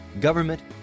government